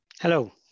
Hello